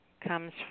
comes